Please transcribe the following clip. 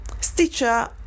Stitcher